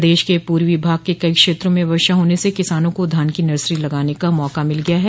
प्रदेश के पूर्वी भाग के कई क्षेत्रों में वर्षा होने से किसानों को धान की नर्सरी लगाने का मौका मिल गया है